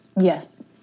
Yes